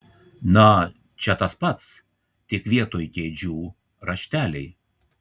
na čia tas pats tik vietoj kėdžių rašteliai